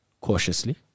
cautiously